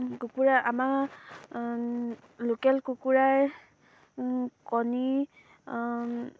কুকুৰা আমাৰ লোকেল কুকুৰাৰ কণী